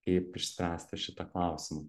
kaip išspręsti šitą klausimą